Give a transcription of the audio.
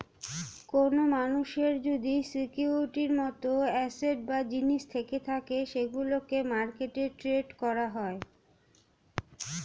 কোন মানুষের যদি সিকিউরিটির মত অ্যাসেট বা জিনিস থেকে থাকে সেগুলোকে মার্কেটে ট্রেড করা হয়